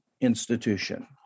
institution